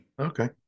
Okay